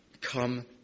come